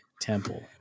temple